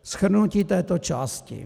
Shrnutí této části.